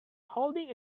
holding